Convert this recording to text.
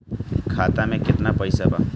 खाता में केतना पइसा बा?